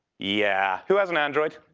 yeah who has an android?